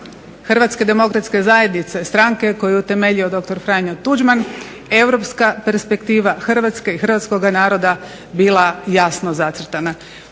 prvom programu HDZ-a stranke koju je utemeljio dr. Franjo Tuđman europska perspektiva Hrvatske i hrvatskoga naroda bila jasno zacrtana.